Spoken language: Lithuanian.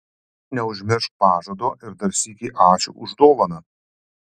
neužmiršk pažado ir dar sykį ačiū už dovaną